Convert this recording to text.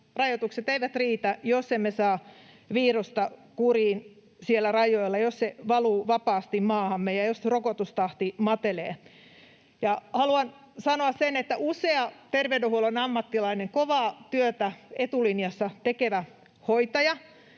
rajoitukset eivät riitä, jos emme saa virusta kuriin siellä rajoilla, jos se valuu vapaasti maahamme ja jos rokotustahti matelee. Haluan sanoa, että usea terveydenhuollon ammattilainen, kovaa työtä etulinjassa tekevä hoitaja,